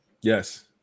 Yes